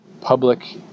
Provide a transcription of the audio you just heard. public